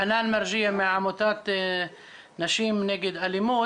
חנאן מרג'יה מעמותת נשים נגד אלימות,